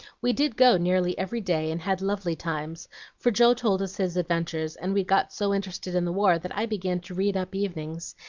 we did go nearly every day, and had lovely times for joe told us his adventures, and we got so interested in the war that i began to read up evenings,